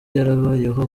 yarabayeho